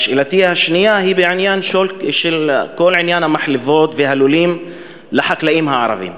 שאלתי השנייה היא בעניין המחלבות והלולים לחקלאים הערבים.